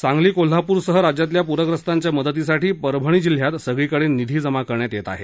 सांगली कोल्हापूरसह राज्यातल्या पूरग्रस्तांच्या मदतीसाठी परभणी जिल्ह्यात सगळीकडे निधी जमा करण्यात येत आहे